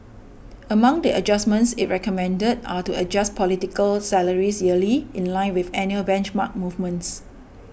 among the adjustments it recommended are to adjust political salaries yearly in line with annual benchmark movements